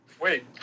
Wait